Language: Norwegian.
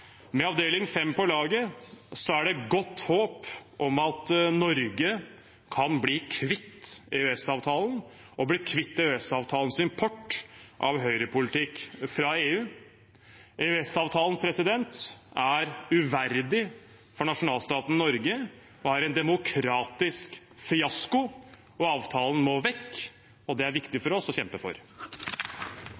Med Avdeling 5 på laget er det godt håp om at Norge kan bli kvitt EØS-avtalen og dens import av høyrepolitikk fra EU. EØS-avtalen er uverdig for nasjonalstaten Norge og er en demokratisk fiasko. Avtalen må vekk, og det er det viktig